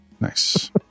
Nice